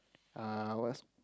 uh what's